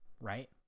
right